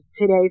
today